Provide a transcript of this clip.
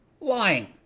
lying